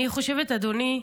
אדוני,